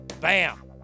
Bam